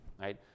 right